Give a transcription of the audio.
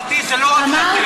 הון פרטי זה לא רק "לתת",